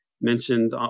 mentioned